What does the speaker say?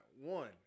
one